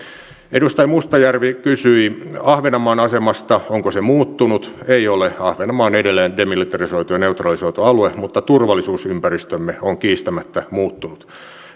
edustaja mustajärvi kysyi ahvenanmaan asemasta onko se muuttunut ei ole ahvenanmaa on edelleen demilitarisoitu ja neutralisoitu alue mutta turvallisuusympäristömme on kiistämättä muuttunut